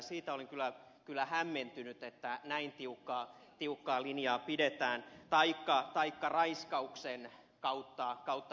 siitä olin kyllä hämmentynyt että näin tiukkaa linjaa pidetään taikka raiskauksen kautta hedelmöittynyttä lasta